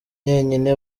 njyenyine